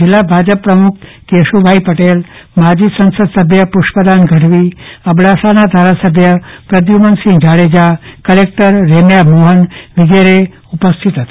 જીલ્લા ભાજપ પ્રમુખ કેશુભાઈ પટેલમાજી સંસદ સભ્ય પુષ્પદાન ગઢવીઅબડાસાના ધારાસભ્ય પ્રદ્ધ્મનસિંહ જાડેજાકલેકટર શ્રી રેમ્યા મોહન વગેરે ઉપસ્થિત રહ્યા હતા